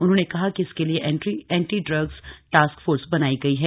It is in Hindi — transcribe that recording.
उन्होंने कहा कि इसके लिए एंटी ड्रग्स टास्क फोर्स बनाई गई है